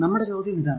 നമ്മുടെ ചോദ്യം ഇതാണ്